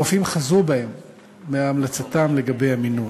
הרופאים חזרו בהם מהמלצתם לגבי המינון.